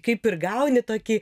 kaip ir gauni tokį